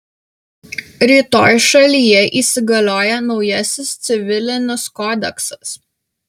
rytoj šalyje įsigalioja naujasis civilinis kodeksas